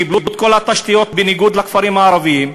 קיבלו את כל התשתיות, בניגוד לכפרים הערביים,